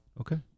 okay